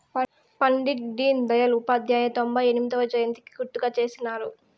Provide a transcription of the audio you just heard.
పండిట్ డీన్ దయల్ ఉపాధ్యాయ తొంభై ఎనిమొదవ జయంతికి గుర్తుగా చేసినారు